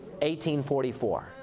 1844